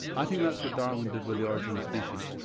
i think that's what darwin did with the origin of species.